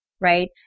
right